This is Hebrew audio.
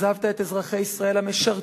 אכזבת את אזרחי ישראל המשרתים,